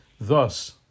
Thus